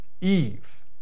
Eve